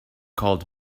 called